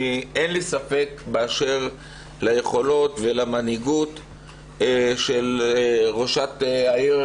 אין לי ספק באשר ליכולות ולמנהיגות של ראשת העיר